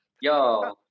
Yo